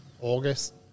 August